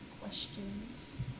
questions